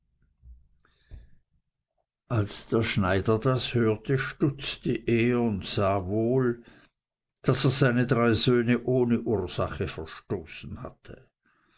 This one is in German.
als der schneider das hörte stutzte er und sah wohl daß er seine drei söhne ohne ursache verstoßen hatte